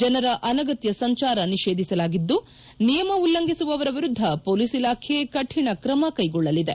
ಜನರ ಅನಗತ್ತ ಸಂಚಾರ ನಿಷೇಧಿಸಲಾಗಿದ್ಲು ನಿಯಮ ಉಲ್ಲಂಘಿಸುವವರ ವಿರುದ್ದ ಮೊಲೀಸ್ ಇಲಾಖೆ ಕಠಿಣ ಕ್ರಮ ಕೈಗೊಳ್ಳಲಿದೆ